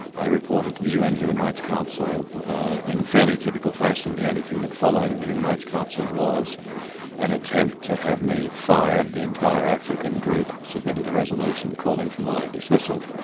i reported to the un human rights council in fairly typical fashion, the only thing that followed in the human rights council was an attempt to have me fired, the entire african group submitted a resolution calling for my dismissal.